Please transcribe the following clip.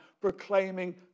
proclaiming